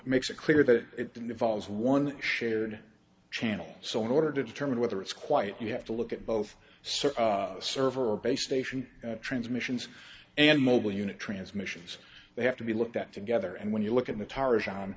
makes it clear that it involves one shared channel so in order to determine whether it's quiet you have to look at both sir server or base station transmissions and mobile unit transmissions they have to be looked at together and when you look at the towers